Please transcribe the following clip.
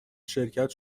شرکت